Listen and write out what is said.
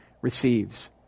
receives